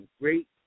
great